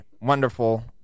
wonderful